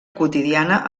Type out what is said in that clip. quotidiana